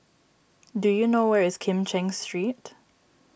do you know where is Kim Cheng Street